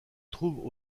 trouve